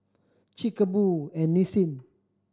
Chic Boo and Nissin